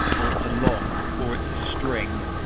or it's a long, or it's a string,